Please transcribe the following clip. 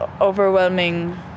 overwhelming